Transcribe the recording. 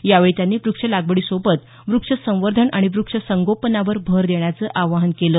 यावेळी त्यांनी वृक्ष लागवडीसोबत वृक्ष संवर्धन आणि वृक्ष संगोपनावर भर देण्याचं आवाहन केलं